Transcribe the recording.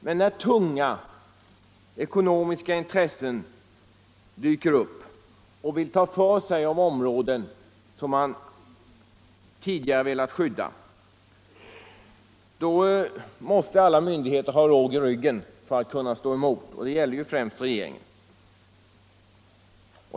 Men när tunga ekonomiska intressen dyker upp och vill ta för sig av områden som man tidigare velat skydda måste alla myndigheter ha råg i ryggen för att kunna stå emot, och det gäller främst regeringen.